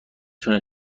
تونه